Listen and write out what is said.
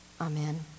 Amen